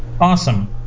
Awesome